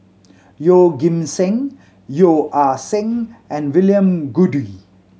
Yeoh Ghim Seng Yeo Ah Seng and William Goode